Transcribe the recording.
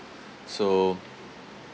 so